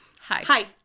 Hi